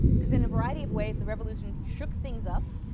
because in a variety of ways the revolution shook things up,